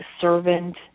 servant